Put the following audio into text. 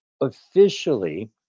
officially